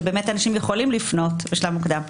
שאנשים יכולים לפנות בשלב מוקדם.